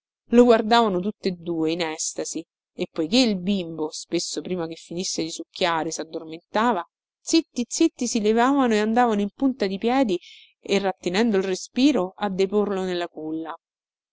lo guardavano tutte due in estasi e poiché il bimbo spesso prima che finisse di succhiare saddormentava zitti zitti si levavano e andavano in punta di piedi e rattenendo il respiro a deporlo nella culla